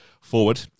forward